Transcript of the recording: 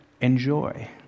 enjoy